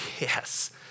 Yes